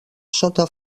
sota